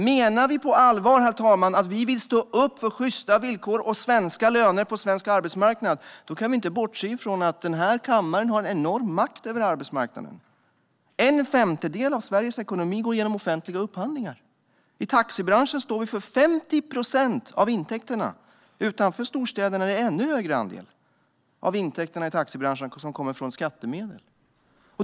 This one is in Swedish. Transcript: Menar vi på allvar, herr talman, att vi vill stå upp för sjysta villkor och svenska löner på svensk arbetsmarknad kan vi inte bortse från att den här kammaren har en enorm makt över arbetsmarknaden. En femtedel av Sveriges ekonomi går genom offentliga upphandlingar. I taxibranschen står vi för 50 procent av intäkterna. Utanför storstäderna är det en ännu högre andel av intäkterna i taxibranschen som kommer från skattemedel.